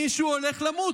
מישהו הולך למות,